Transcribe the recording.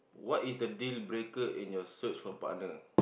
what is the deal breaker in your search for partner